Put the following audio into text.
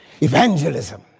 Evangelism